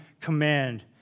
command